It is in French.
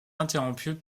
interrompus